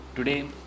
Today